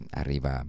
arriva